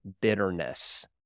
bitterness